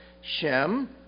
Shem